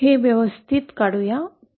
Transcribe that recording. हे व्यवस्थित काढू या